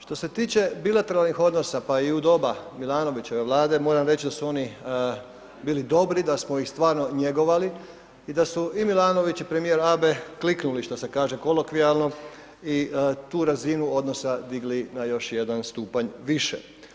Što se tiče bilateralnih odnosa pa i u doba Milanovićeve Vlade moram reći da su oni bili dobri, da smo ih stvarno njegovali i da su i Milanović i premijer Abe kliknuli što se kaže kolokvijalno i tu razinu odnosa digli na još jedan stupanj više.